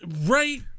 Right